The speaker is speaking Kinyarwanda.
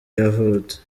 yavutse